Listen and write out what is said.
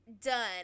done